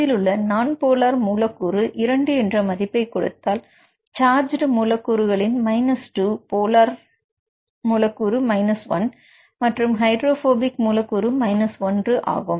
இதிலுள்ள நான் போலார் மூலக்கூறு இரண்டு என்ற மதிப்பை கொடுத்தால் சார்ஜ் மூலக்கூறுகளின் 2 போலார் மூலக்கூறு 1 மற்றும் ஹைட்ரோபோபிக் மூலக்கூறு 1 ஆகும்